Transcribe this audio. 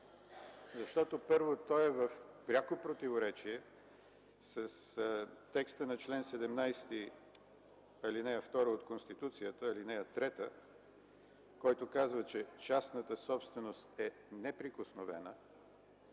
защото, първо, той е в пряко противоречие с текста на чл. 17, ал. 3 от Конституцията, който казва, че частната собственост е неприкосновена;